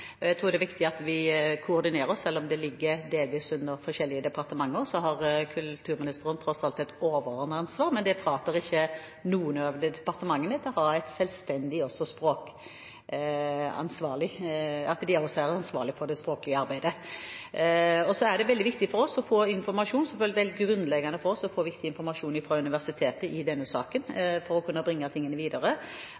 Jeg tror det er viktig at vi koordinerer. Selv om det ligger delvis under forskjellige departement, har kulturministeren tross alt et overordnet ansvar, men det fratar ikke noen av departementene et selvstendig ansvar for det språklige arbeidet. Det er veldig viktig for oss å få informasjon. Det er i denne saken selvfølgelig helt grunnleggende for oss å få viktig informasjon fra universitet for å kunne bringe tingene videre, og det er universitetet som i